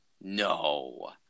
No